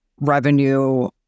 revenue